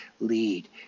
lead